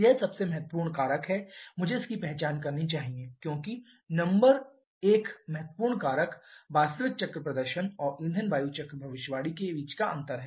यह सबसे महत्वपूर्ण कारक है मुझे इसकी पहचान करनी चाहिए क्योंकि नंबर एक महत्वपूर्ण कारक वास्तविक चक्र प्रदर्शन और ईंधन वायु चक्र भविष्यवाणी के बीच अंतर है